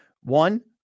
One